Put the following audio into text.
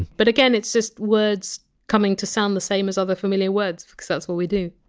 but again, it's just words coming to sound the same as other familiar words, because that's what we do.